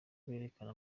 berekana